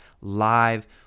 live